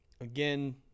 Again